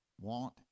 Want